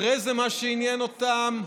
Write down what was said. אחרי זה, מה שעניין אותם,